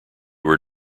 were